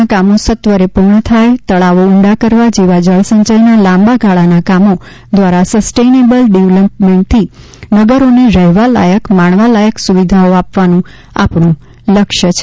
ના કામો સત્વરે પૂર્ણ થાય તળાવો ઉંડા કરવા જેવા જળસંચયના લાંબાગાળાના કામો દ્વારા સસ્ટેઇનેબલ ડેવલપમેન્ટથી નગરોને રહેવા લાયક માણવાલાયક સુવિધાઓ આપવાનું આપણું લક્ષ્ય છે